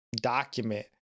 document